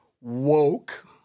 woke